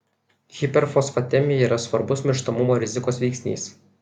hiperfosfatemija yra svarbus mirštamumo rizikos veiksnys